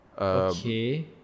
Okay